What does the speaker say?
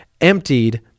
emptied